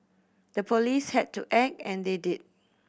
the police had to act and they did